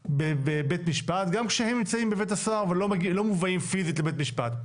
בבית משפט גם כשהם נמצאים בבית הסוהר ולא מובאים פיזית לבית משפט.